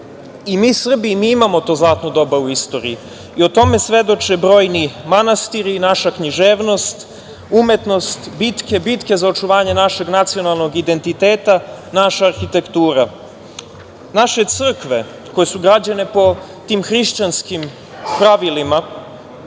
i mi Srbi imamo to zlatno doba u istoriju i tome svedoče brojni manastiri i naša književnost, umetnost, bitke, bitke za očuvanje našeg nacionalnog identiteta, naša arhitektura. Naše crkve koje su građene po tim hrišćanskim pravilima